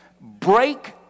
Break